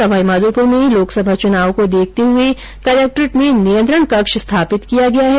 सवाईमाधोपुर में चुनाव को देखते हुए कलक्ट्रेट में नियंत्रण कक्ष स्थापित किया गया है